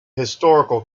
historical